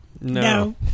No